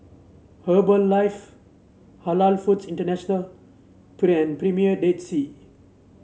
Herbalife Halal Foods International and Premier Dead Sea